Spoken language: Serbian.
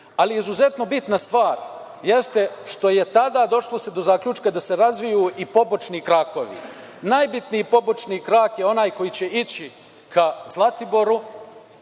ekskurzije. Izuzetno bitna stvar jeste što se tada došlo do zaključka da se razviju i pobočni krakovi. Najbitniji pobočni krak je onaj koji će ići ka Zlatiboru,